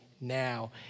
Now